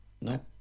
No